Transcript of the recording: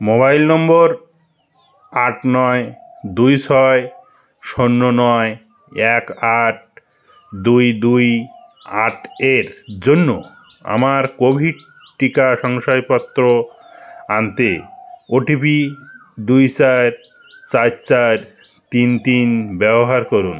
mobile number আট নয় দুই ছয় শূন্য নয় এক আট দুই দুই আট এর জন্য আমার কোভিড টিকা শংসাপত্র আনতে ওটিপি দুই চার চার চার তিন তিন ব্যবহার করুন